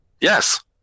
yes